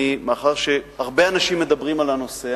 מאחר שהרבה אנשים מדברים על הנושא,